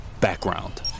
Background